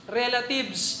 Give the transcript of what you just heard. relatives